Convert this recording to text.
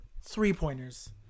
three-pointers